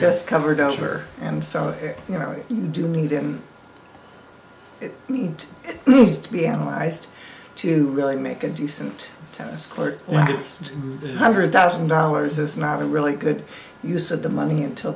just covered over and so you really do need them to be analyzed to really make a decent tennis court one hundred thousand dollars is not a really good use of the money until